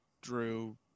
Drew